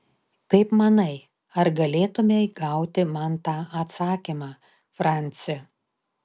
kaip manai ar galėtumei gauti man tą atsakymą franci